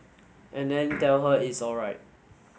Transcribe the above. and then tell her it's alright